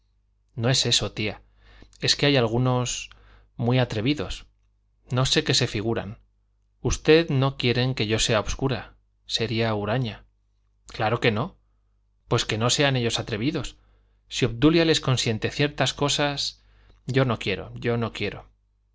no es eso tía es que hay algunos muy atrevidos no sé qué se figuran ustedes no quieren que yo sea obscura seria huraña claro que no pues que no sean ellos atrevidos si obdulia les consiente ciertas cosas yo no quiero yo no quiero